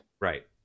Right